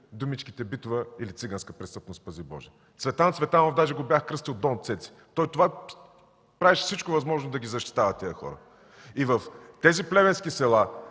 думичките „битова“ или „циганска престъпност“, пази Боже! Цветан Цветанов даже го бях кръстил Дон Цеци. Той правеше всичко възможно да защитава тези хора. И в тези плевенски села